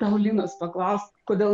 tau linos paklaust kodėl